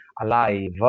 alive